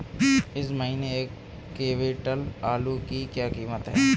इस महीने एक क्विंटल आलू की क्या कीमत है?